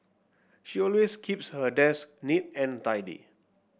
she always keeps her desk neat and tidy